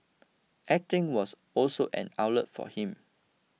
acting was also an outlet for him